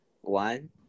One